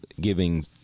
giving